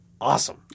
Awesome